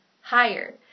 higher